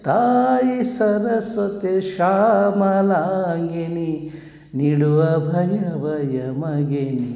ತಾಯಿ ಸರಸ್ವತಿ ಶಾಮಲಾಂಗಿನಿ ನೀಡು ಅಭಯವ ಎಮಗೆ ನೀ